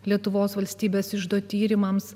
lietuvos valstybės iždo tyrimams